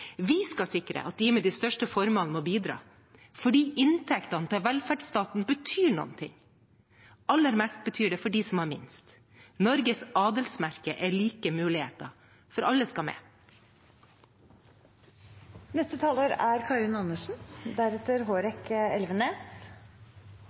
Vi skal sikre at de med de største formuene må bidra, for inntekter til velferdsstaten betyr noe, og aller mest betyr det for dem som har minst. Norges adelsmerke er like muligheter. Alle skal med. Det er